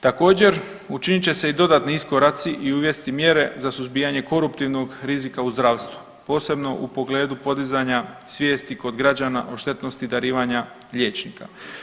Također, učinit će se i dodatni iskoraci i uvesti mjere za suzbijanje koruptivnog rizika u zdravstvu, posebno u pogledu podizanja svijesti kod građana o štetnosti darivanja liječnika.